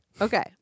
Okay